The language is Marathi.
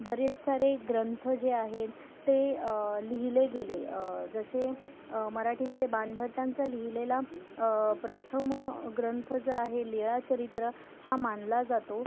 बरेच सारे ग्रंथ जे आहेत ते लिहिले गेले जसे मराठीमध्ये बाणभट्टांचा लिहिलेला प्रथम ग्रंथ जो आहे लीळाचरित्र हा मानला जातो